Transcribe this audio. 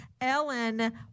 Ellen